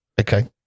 Okay